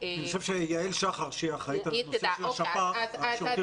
אני חושב שיעל שחר שהיא האחראית על הנושא של השפ"ח --- אז